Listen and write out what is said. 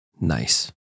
Nice